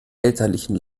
elterlichen